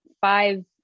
five